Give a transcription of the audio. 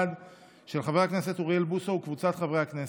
של חבר הכנסת אוריאל בוסו וקבוצת חברי הכנסת.